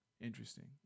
interesting